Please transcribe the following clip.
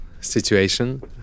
situation